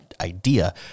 idea